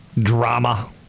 drama